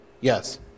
Yes